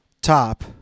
top